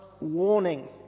warning